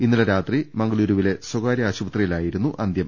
ഇന്നലെ രാത്രി മംഗലൂരുവിലെ സ്വകാരൃ ആശുപത്രിയിലായിരുന്നു അന്തൃം